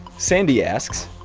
sandy asks,